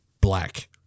Black